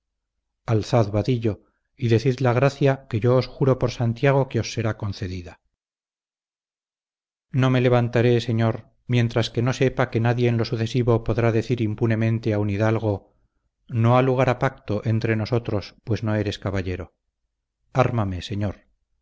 alzad vadillo y decid la gracia que yo os juro por santiago que os será concedida no me levantaré señor mientras que no sepa que nadie en lo sucesivo podrá decir impunemente a un hidalgo no ha lugar a pacto entre nosotros pues no eres caballero ármame señor